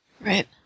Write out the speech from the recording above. right